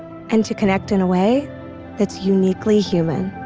and to connect in a way that's uniquely human